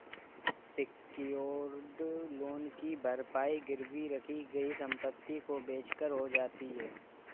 secured loan की भरपाई गिरवी रखी गई संपत्ति को बेचकर हो जाती है